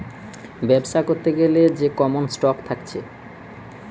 বেবসা করতে গ্যালে যে কমন স্টক থাকছে